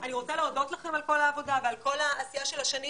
אני רוצה להודות לכם על כל העבודה ועל כל העשייה של השנים,